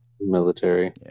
military